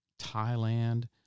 Thailand